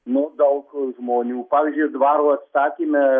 nu daug žmonių pavyzdžiui dvaro atsakyme